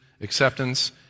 acceptance